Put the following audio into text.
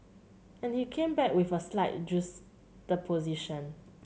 and he came back with a slight juxtaposition